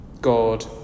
God